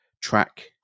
track